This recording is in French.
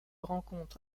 rencontre